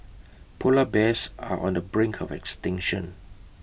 Polar Bears are on the brink of extinction